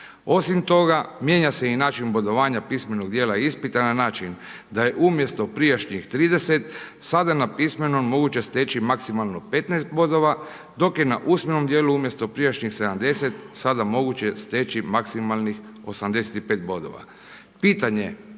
Osim toga, mijenja se i način bodovanja pismenog djela ispita na način da je umjesto prijašnjih 30, sada na pismenom moguće steći maksimalno 15 bodova, dok je na usmenom djelu umjesto prijašnjih 70, sada moguće steći maksimalnih 85 bodova. Pitanje koje